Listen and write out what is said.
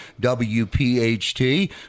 WPHT